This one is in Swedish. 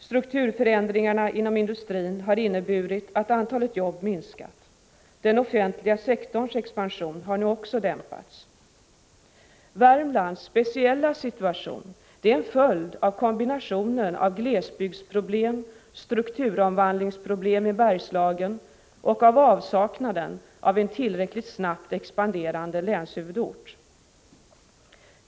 Strukturförändringarna inom industrin har inneburit att antalet jobb minskat. Den offentliga sektorns expansion har nu också dämpats. Värmlands speciella situation är en följd av kombinationen av glesbygdsproblem, strukturomvandlingsproblem i Bergslagen och av avsaknaden av en tillräckligt snabbt expanderande länshuvudort.